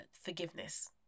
forgiveness